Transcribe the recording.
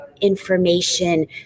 information